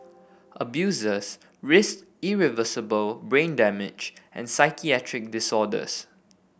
abusers risked irreversible brain damage and psychiatric disorders